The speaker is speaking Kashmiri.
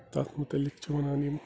تَتھ متعلق چھِ وَنان یِم